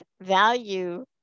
value